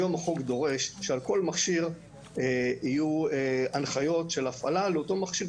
היום החוק דורש שעל כל מכשיר יהיו הנחיות של הפעלה לאותו מכשיר,